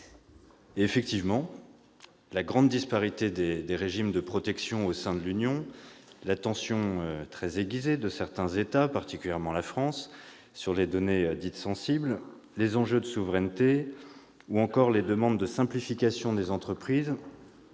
de « malaisé ». La grande disparité des régimes de protection au sein de l'Union, l'attention aiguisée de certains États, particulièrement la France, sur les données dites sensibles, les enjeux de souveraineté et les demandes de simplification des entreprises